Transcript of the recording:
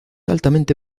altamente